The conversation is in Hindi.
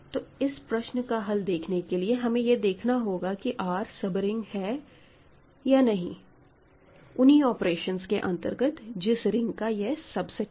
तो इस प्रश्न का हल देखने के लिए हमें यह देखना होगा कि R सब रिंग है या नहीं उन्हीं ऑपरेशंस के अंतर्गत जिस रिंग का यह सब सेट है